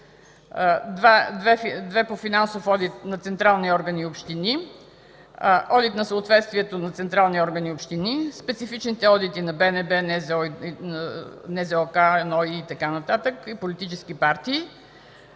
две по финансов одит на централни органи и общини; одит на съответствието на централни органи и общини; специфичните одити на БНБ, НЗОК, НОИ и така нататък, и политически партии;